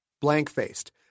blank-faced